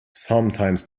sometimes